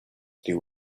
there